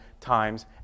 times